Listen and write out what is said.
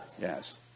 Yes